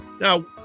Now